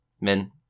men